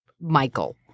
Michael